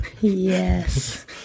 Yes